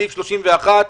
בסעיף 31,